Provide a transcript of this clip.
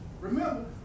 Remember